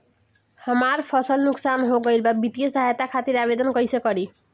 हमार फसल नुकसान हो गईल बा वित्तिय सहायता खातिर आवेदन कइसे करी?